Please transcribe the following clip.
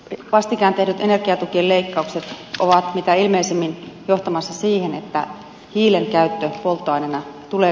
vastikään tehdyt energiatukien leikkaukset ovat mitä ilmeisimmin johtamassa siihen että hiilen käyttö polttoaineena tulee